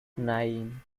nine